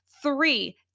Three